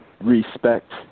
respect